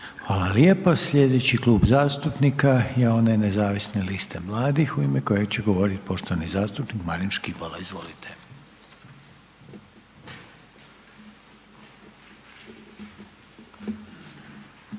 Hvala lijepa. Sljedeći Klub zastupnik nacionalnih manjina u ime kojeg će govoriti poštovani zastupnik Furio Radin. Izvolite.